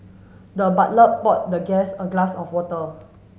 the butler poured the guest a glass of water